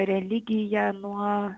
religiją nuo